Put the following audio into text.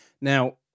Now